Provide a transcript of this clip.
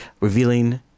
revealing